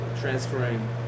transferring